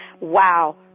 Wow